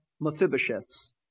mephibosheths